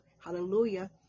hallelujah